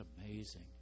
amazing